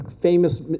famous